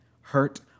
hurt